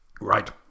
Right